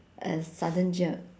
a sudden jerk